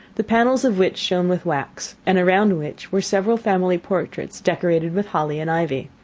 the panels of which shone with wax, and around which were several family portraits decorated with holly and ivy.